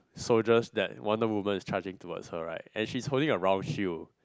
soldiers that Wonder-Woman is charging towards her right and she's holding a round shield